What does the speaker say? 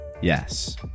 yes